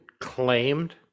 claimed